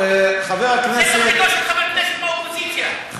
זה תפקידו של חבר כנסת מהאופוזיציה,